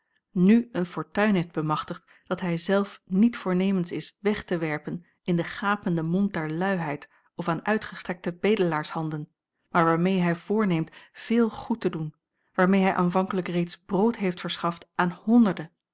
n eene fortuin heeft bemachtigd die hij zelf niet voornemens is weg te werpen in den gapenden mond der luiheid of aan uitgestrekte bedelaarshanden maar waarmee hij voorneemt veel goed te doen waarmee hij aanvankelijk reeds brood heeft verschaft aan honderden